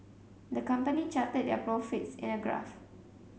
the company charted their profits in a graph